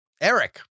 Eric